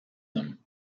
them